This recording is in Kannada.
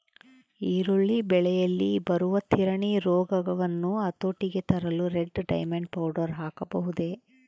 ಈರುಳ್ಳಿ ಬೆಳೆಯಲ್ಲಿ ಬರುವ ತಿರಣಿ ರೋಗವನ್ನು ಹತೋಟಿಗೆ ತರಲು ರೆಡ್ ಡೈಮಂಡ್ ಪೌಡರ್ ಹಾಕಬಹುದೇ?